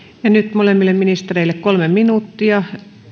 ja nyt molemmille ministereille kolme minuuttia